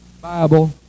Bible